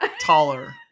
taller